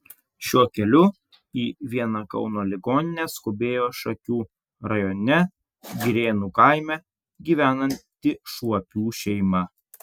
šiuo keliu į vieną kauno ligoninę skubėjo šakių rajone girėnų kaime gyvenanti šuopių šeima